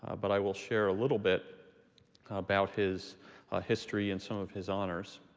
but i will share a little bit about his history and some of his honors.